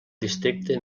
districte